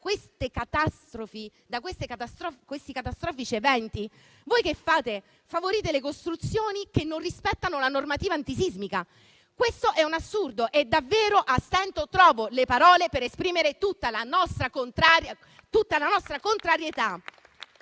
vittime prodotte da questi catastrofici eventi, voi favorite le costruzioni che non rispettano la normativa antisismica? È assurdo e davvero a stento trovo le parole per esprimere tutta la nostra contrarietà.